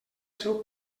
seu